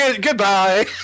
Goodbye